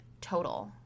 Total